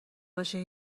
باشه